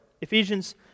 ephesians